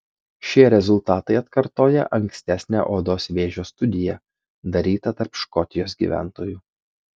šie rezultatai atkartoja ankstesnę odos vėžio studiją darytą tarp škotijos gyventojų